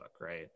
right